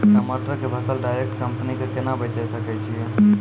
टमाटर के फसल डायरेक्ट कंपनी के केना बेचे सकय छियै?